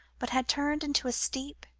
but had turned into a steep,